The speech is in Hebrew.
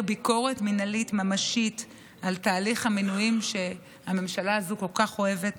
ביקורת מינהלית ממשית על תהליך המינויים שהממשלה הזו כל כך אוהבת